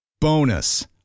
Bonus